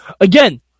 again